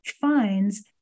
finds